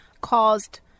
caused